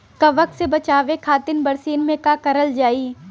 कवक से बचावे खातिन बरसीन मे का करल जाई?